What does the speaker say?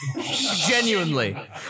Genuinely